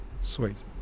Sweet